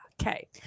Okay